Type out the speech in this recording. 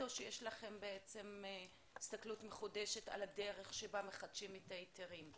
או שיש לכם הסתכלות מחודשת על הדרך שבה מחדשים את ההיתרים?